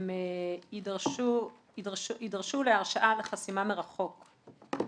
הם יידרשו להרשאה לחסימה מרחוק.